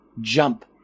jump